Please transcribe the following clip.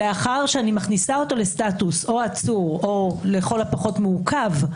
לאחר שאני מכניסה אותו לסטטוס עצור או לכל הפחות מעוכב,